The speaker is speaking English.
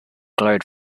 glowed